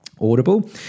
Audible